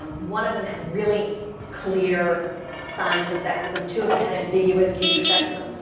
um one of them had really clear signs of sexism. two of them had ambiguous cues for sexism.